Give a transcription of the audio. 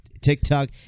TikTok